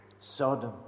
Sodom